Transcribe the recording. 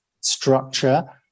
structure